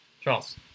Charles